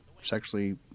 sexually